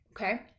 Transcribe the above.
okay